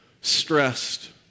stressed